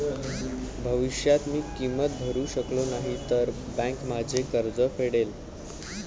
भविष्यात मी किंमत भरू शकलो नाही तर बँक माझे कर्ज फेडेल